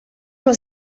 les